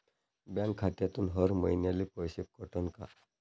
Bank खात्यातून हर महिन्याले पैसे कटन का?